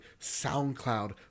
SoundCloud